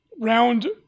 Round